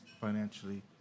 financially